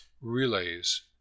relays